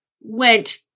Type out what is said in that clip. went